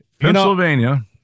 Pennsylvania